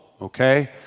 okay